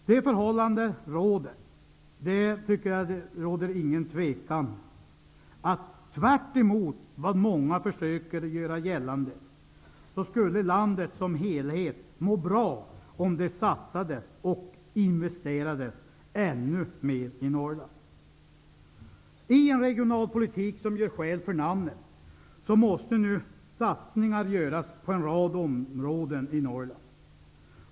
Det är inget tvivel om, tvärtemot vad många försöker göra gällande, att landet som helhet skulle må bra om det satsades och investerades ännu mer i Norrland. Med en regionalpolitik som gör skäl för namnet måste nu satsningar göras på en rad områden i Norrland.